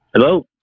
Hello